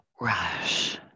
rush